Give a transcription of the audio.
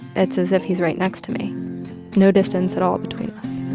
it's as if he's right next to me no distance at all between us.